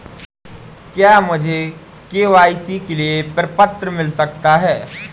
क्या मुझे के.वाई.सी के लिए प्रपत्र मिल सकता है?